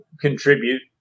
contribute